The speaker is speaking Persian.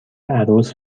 عروس